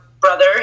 brother